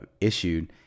issued